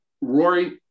Rory